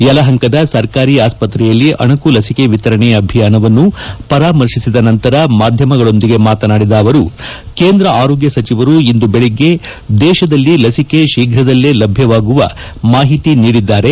ಯಲಹಂಕದ ಸರ್ಕಾರಿ ಆಸ್ಪತ್ರೆಯಲ್ಲಿ ಅಣುಕು ಲಸಿಕೆ ವಿತರಣೆ ಅಭಿಯಾನವನ್ನು ಪರಾಮರ್ಶಿಸಿದ ನಂತರ ಮಾಧ್ಯಮಗಳೊಂದಿಗೆ ಮಾತನಾಡಿದ ಅವರು ಕೇಂದ್ರ ಆರೋಗ್ಯ ಸಚಿವರು ಇಂದು ಬೆಳಗ್ಗೆ ದೇಶದಲ್ಲಿ ಲಸಿಕೆ ಶೀಫ್ರದಲ್ಲೇ ಲಭ್ಯವಾಗುವ ಮಾಹಿತಿ ನೀಡಿದ್ದಾರೆ